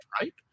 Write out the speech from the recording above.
right